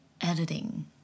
editing